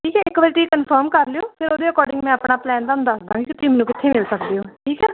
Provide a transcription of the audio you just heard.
ਠੀਕ ਹੈ ਇੱਕ ਵਾਰ ਤੁਸੀਂ ਕਨਫਰਮ ਕਰ ਲਿਓ ਫਿਰ ਉਹਦੇ ਅਕੋਰਡਿੰਗ ਮੈਂ ਆਪਣਾ ਪਲੈਨ ਤੁਹਾਨੂੰ ਦੱਸ ਦਾਂਗੀ ਤੁਸੀਂ ਮੈਨੂੰ ਕਿੱਥੇ ਮਿਲ ਸਕਦੇ ਹੋ ਠੀਕ ਹੈ